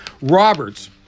Roberts